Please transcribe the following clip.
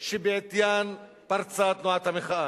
שבעטיין פרצה תנועת המחאה.